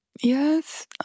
Yes